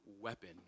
weapon